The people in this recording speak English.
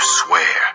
swear